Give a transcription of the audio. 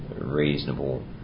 reasonable